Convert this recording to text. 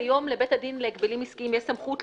כיום לבית הדין להגבלים עסקיים בכל